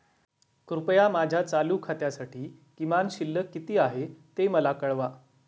कृपया माझ्या चालू खात्यासाठी किमान शिल्लक किती आहे ते मला कळवा